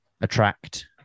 attract